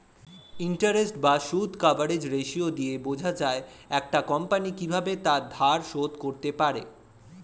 interest বা সুদ coverage ratio দিয়ে বোঝা যায় একটা কোম্পানি কিভাবে তার ধার শোধ করতে পারে